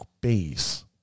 base